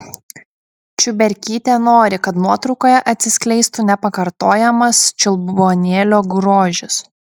čiuberkytė nori kad nuotraukoje atsiskleistų nepakartojamas čiulbuonėlio grožis